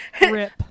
rip